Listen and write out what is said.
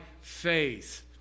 faith